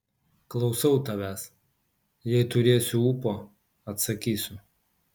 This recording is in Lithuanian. klausau tavęs jei turėsiu ūpo atsakysiu